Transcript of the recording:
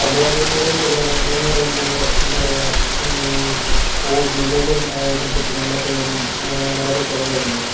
പണ്ടുകാലങ്ങളിൽ വയനാട്ടിലെന്നു പറയുമ്പോൾ എന്താ പറയുക വീടുകളും ആയാലും കെട്ടിടങ്ങളൊക്കെയായാലും വളരെ കുറവായിരുന്നു